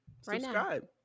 Subscribe